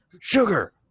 sugar